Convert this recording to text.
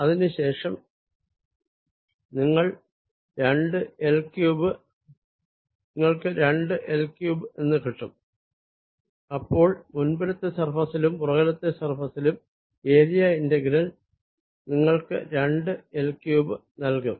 അതിനു ശേഷം നിങ്ങൾക്ക് രണ്ടു L ക്യൂബ്ഡ് എന്ന് കിട്ടും അപ്പോൾ മുൻപിലെ സർഫേസിലും പുറകിലെ സർഫേസിലും ഏരിയ ഇന്റഗ്രൽ നിങ്ങൾക്ക് രണ്ടു L ക്യൂബ്ഡ് നൽകും